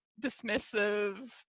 dismissive